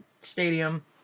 stadium